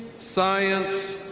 science,